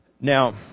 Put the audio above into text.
Now